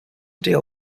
deal